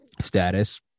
status